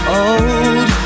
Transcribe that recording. old